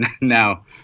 now